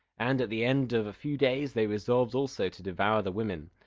and at the end of a few days they resolved also to devour the women.